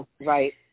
right